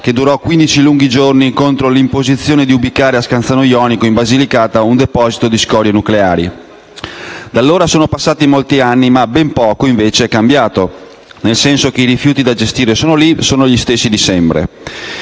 che durò 15 lunghi giorni contro l'imposizione di ubicare a Scanzano Jonico, in Basilicata, un deposito di scorie nucleari. Da allora sono passati molti anni ma ben poco è cambiato, nel senso che i rifiuti da gestire sono lì e sono gli stessi di sempre.